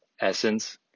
essence